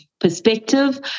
perspective